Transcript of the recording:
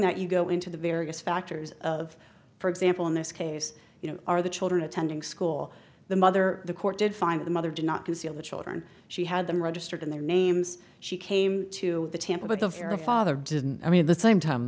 that you go into the various factors of for example in this case you know are the children attending school the mother the court did find the mother did not conceal the children she had them registered in their names she came to the temple but the father didn't i mean the same time